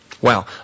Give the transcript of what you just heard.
Wow